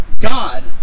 God